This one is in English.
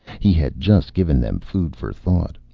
he had just given them food for thought.